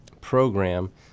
program